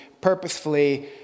purposefully